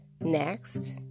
next